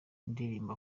ndirimbo